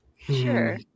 Sure